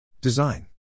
Design